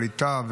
ווליד טאהא,